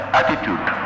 attitude